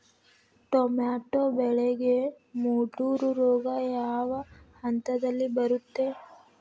Tomato ಬೆಳೆಗೆ ಮುಟೂರು ರೋಗ ಯಾವ ಹಂತದಲ್ಲಿ ಬರುತ್ತೆ?